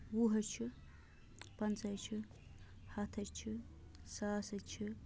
وُہ حظ چھُ پنٛژاہ ہَے چھِ ہَتھ ہَے چھِ ساس ہَے چھِ